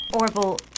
Orville